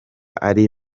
ari